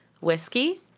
Whiskey